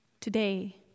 Today